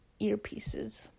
earpieces